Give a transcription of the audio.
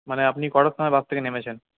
মানে আপনি কটার সময় বাস থেকে নেমেছেন